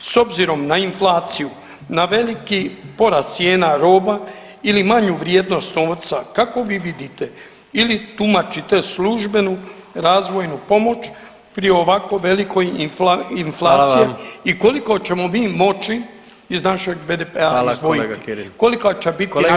S obzirom na inflaciju, na veliki porast cijena roba ili manju vrijednost novca kako vi vidite ili tumačite službenu razvojnu pomoć pri ovako velikoj inflaciji [[Upadica: Hvala vam.]] i koliko ćemo mi moći iz našeg BDP-a [[Upadica: Hvala kolega Kirin.]] kolika će biti naša pomoć?